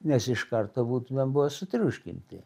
nes iš karto būtumėm buvę sutriuškinti